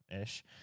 ish